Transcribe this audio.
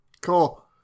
Cool